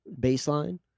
baseline